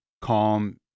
calm